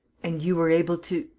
and you were able to.